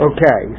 Okay